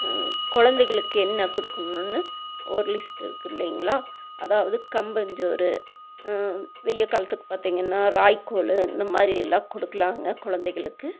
குழந்தைகளுக்கு என்ன கொடுக்கணும்னு ஒரு லிஸ்ட் இருக்குது இல்லைங்களா அதாவது கம்பஞ்சோறு வெயில் காலத்துக்கு பார்த்திங்கனா ராகி கூழ் இந்த மாதிரி எல்லாம் கொடுக்கலாங்க குழந்தைகளுக்கு